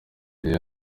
rero